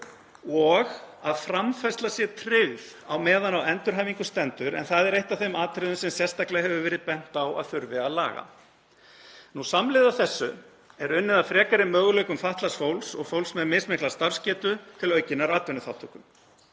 og að framfærsla sé tryggð meðan á endurhæfingu stendur, en það er eitt af þeim atriðum sem sérstaklega hefur verið bent á að þurfi að laga. Samhliða þessu er unnið að frekari möguleikum fatlaðs fólks og fólks með mismikla starfsgetu til aukinnar atvinnuþátttöku.